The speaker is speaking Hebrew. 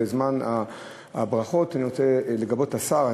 בזמן הברכות אני רוצה לגבות את השר,